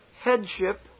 headship